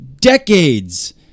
decades